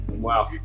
Wow